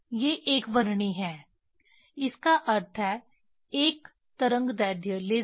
ये एकवर्णी हैं इसका अर्थ है एक तरंगदैर्ध्य लेज़र